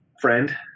friend